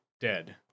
dead